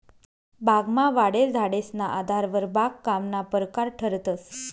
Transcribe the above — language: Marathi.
बागमा वाढेल झाडेसना आधारवर बागकामना परकार ठरतंस